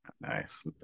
nice